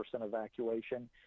evacuation